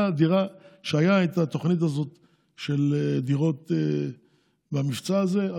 כשהייתה התוכנית של דירות במבצע הזה,